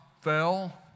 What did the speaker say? fell